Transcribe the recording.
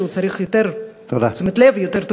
שצריך יותר תשומת לב ויותר תרופות.